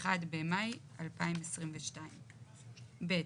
1 במאי 2022. ב'.